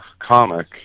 comic